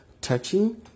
Touching